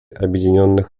объединенных